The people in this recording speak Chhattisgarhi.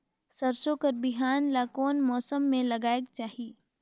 सरसो कर बिहान ला कोन मौसम मे लगायेक चाही?